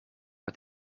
het